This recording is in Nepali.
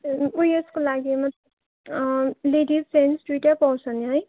उयसको लागि मत् लेडिस जेन्स दुइटै पाउँछ नि है